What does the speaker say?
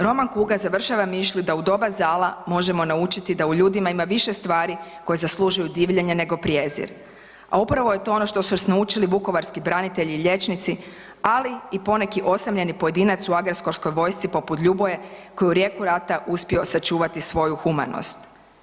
Roman „Kuga“ završava mišlju da u doba zala možemo naučiti da u ljudima ima više stvari koje zaslužuju divljenje nego prijezir, a upravo je to ono što su nas naučili vukovarski branitelji i liječnici, ali i poneki osamljeni pojedinac u agresorskoj vojsci poput Ljuboje koji je u jeku rata uspio sačuvati svoju humanost.